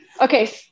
Okay